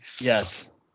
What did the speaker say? Yes